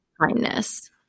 kindness